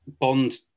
Bond